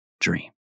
dream